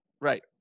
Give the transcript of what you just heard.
right